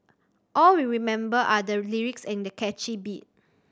all we remember are the lyrics and catchy beat